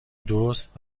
درست